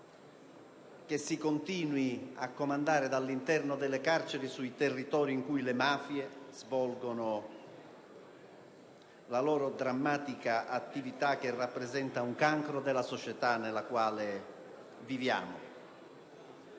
continuare a comandare dall'interno delle carceri sui territori in cui le mafie svolgono la loro drammatica attività, la quale rappresenta un cancro della società nella quale viviamo.